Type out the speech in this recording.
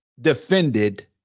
defended